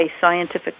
scientific